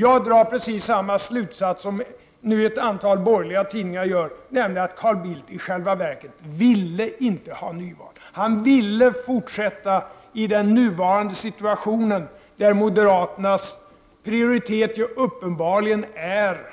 Jag drar precis samma slutsats som nu ett antal borgerliga tidningar gör, nämligen att Carl Bildt i själva verket inte ville ha nyval. Han ville fortsätta i den nuvarande situationen, där moderaternas prioritering uppenbarligen är